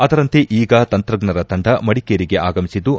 ಅದರಂತೆ ಈಗ ತಂತ್ರಜ್ಞರ ತಂಡ ಮಡಿಕೇರಿಗೆ ಆಗಮಿಸಿದ್ದು